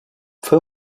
fue